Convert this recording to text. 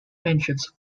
mentions